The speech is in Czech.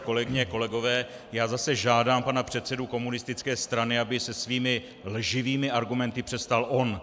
Kolegyně, kolegové, já zase žádám pana předsedu komunistické strany, aby se svými lživými argumenty přestal on.